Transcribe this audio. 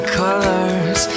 colors